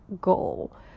goal